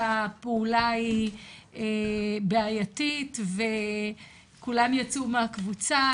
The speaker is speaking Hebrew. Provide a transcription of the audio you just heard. שהפעולה היא בעייתית וכולם יצאו מהקבוצה,